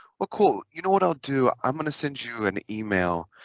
well cool you know what i'll do i'm gonna send you an email